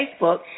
Facebook